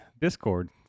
discord